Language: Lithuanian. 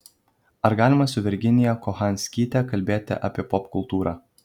ar galima su virginija kochanskyte kalbėti apie popkultūrą